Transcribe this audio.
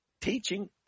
teaching